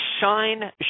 Shine